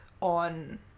on